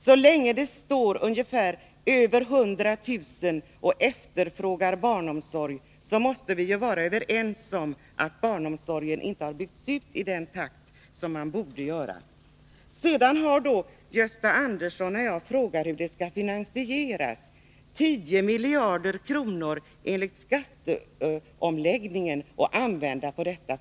Så länge över 100 000 barn efterfrågar samhällets barnomsorg och inte kan få den, måste vi vara överens om att barnomsorgen inte har byggts ut i den takt som den borde ha byggts ut i. När jag frågar hur vårdnadsbidraget skall finansieras säger Gösta Andersson att 10 miljarder kronor från skatteomläggningen skall användas till finansieringen.